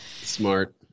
smart